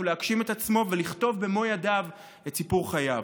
להגשים את עצמו ולכתוב במו ידיו את סיפור חייו.